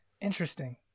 Interesting